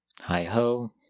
Hi-ho